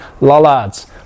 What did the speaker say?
Lollards